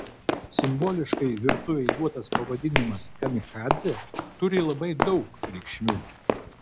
simboliškai virtuvei duotas pavadinimas kamikadzė turi labai daug reikšmių